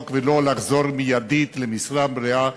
ולא לחזור מייד לעבודה במשרה מלאה.